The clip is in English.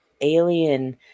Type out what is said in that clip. alien